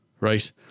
right